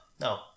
no